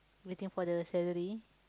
waiting for the salary